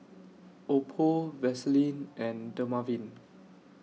Oppo Vaselin and Dermaveen